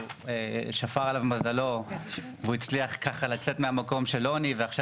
שפר עליו מזלו והוא הצליח לצאת מהמקום של עוני ועכשיו